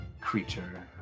creature